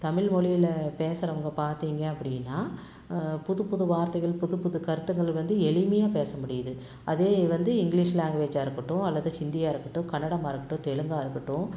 தமிழ்மொலியில பேசுகிறவங்க பார்த்தீங்க அப்படின்னா புது புது வார்த்தைகள் புது புது கருத்துகள் வந்து எளிமையாக பேச முடியுது அதே வந்து இங்கிலீஷ் லேங்குவேஜாக இருக்கட்டும் அல்லது ஹிந்தியாக இருக்கட்டும் கன்னடமாக இருக்கட்டும் தெலுங்காக இருக்கட்டும்